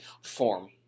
form